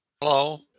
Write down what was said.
Hello